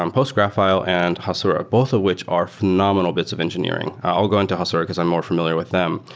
um postgraphile and hasura, both of which are phenomenal bits of engineering. i'll go into hasura because i'm more familiar with them,